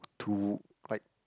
to like